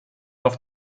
auf